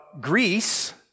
Greece